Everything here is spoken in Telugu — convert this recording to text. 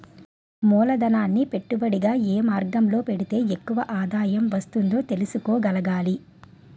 మూలధనాన్ని పెట్టుబడిగా ఏ మార్గంలో పెడితే ఎక్కువ ఆదాయం వస్తుందో తెలుసుకోగలగాలి